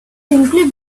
simply